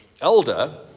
elder